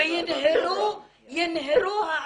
והערבים ינהרו?